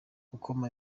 gukoma